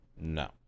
No